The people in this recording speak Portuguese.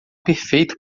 perfeito